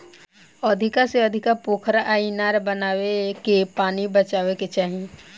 अधिका से अधिका पोखरा आ इनार बनाके पानी बचावे के चाही